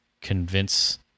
convince